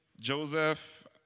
Joseph